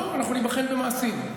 אנחנו ניבחן במעשים.